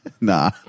Nah